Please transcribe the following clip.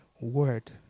Word